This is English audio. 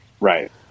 Right